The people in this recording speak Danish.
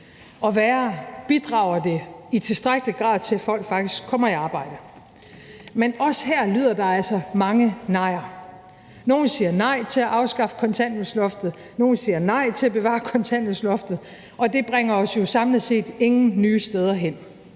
er: Det bidrager ikke i tilstrækkelig grad til, at folk faktisk kommer i arbejde. Men også her lyder der altså mange nejer. Nogle siger nej til at afskaffe kontanthjælpsloftet, nogle siger nej til at bevare kontanthjælpsloftet, og det bringer os jo samlet set ingen nye steder hen.